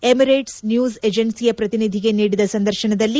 Emirates news ಎಜೆನ್ಸಿಯ ಪ್ರತಿನಿಧಿಗೆ ನೀಡಿದ ಸಂದರ್ಶನದಲ್ಲಿ